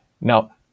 now